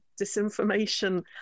disinformation